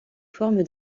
forme